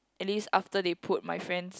at least after they put my friends